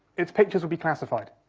its pictures would be classified.